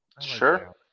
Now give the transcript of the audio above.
Sure